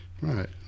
Right